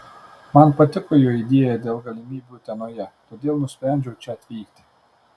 man patiko jo idėja dėl mano galimybių utenoje todėl nusprendžiau čia atvykti